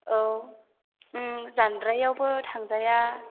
औ गोजानद्रायावबो थांजाया